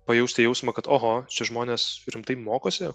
pajusti jausmą kad oho čia žmonės rimtai mokosi